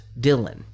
Dylan